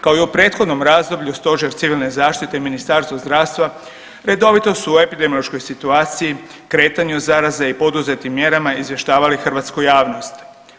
Kao i u prethodnom razdoblju Stožer civilne zaštite i Ministarstvo zdravstva redovito su o epidemiološkoj situaciji, kretanju zaraze i poduzetim mjerama izvještavali hrvatsku javnost.